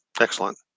excellent